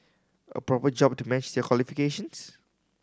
a proper job to match their qualifications